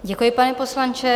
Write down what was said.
Děkuji, pane poslanče.